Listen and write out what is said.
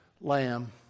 lamb